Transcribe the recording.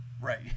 Right